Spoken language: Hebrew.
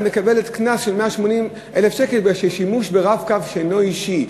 והיא מקבלת קנס של 180 שקל בגלל שימוש שאינו אישי ב"רב-קו".